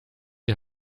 die